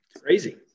Crazy